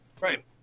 Right